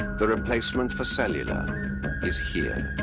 the replacement for cellular is here.